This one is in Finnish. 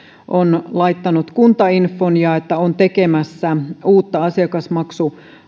on laittanut kuntainfon ja on tekemässä uutta asiakasmaksulakia